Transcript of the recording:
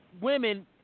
women